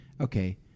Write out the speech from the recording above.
Okay